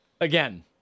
again